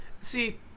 See